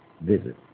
Visit